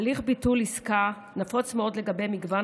הליך ביטול עסקה נפוץ מאוד לגבי מגוון